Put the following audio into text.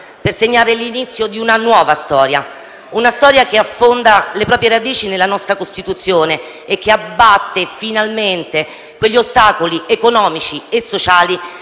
per segnare l'inizio di una nuova storia, che affonda le proprie radici nella nostra Costituzione e che abbatte finalmente quegli ostacoli economici e sociali